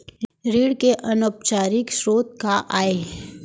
ऋण के अनौपचारिक स्रोत का आय?